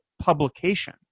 publication